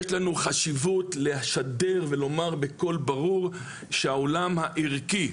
יש לנו חשיבות לשדר ולומר בקול ברור שהעולם הערכי,